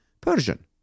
Persian